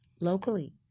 locally